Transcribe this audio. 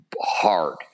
hard